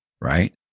right